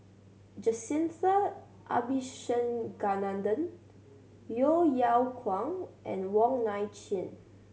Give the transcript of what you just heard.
Jacintha Abisheganaden Yeo Yeow Kwang and Wong Nai Chin